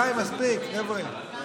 די, מספיק, חבר'ה.